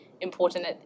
important